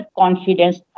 confidence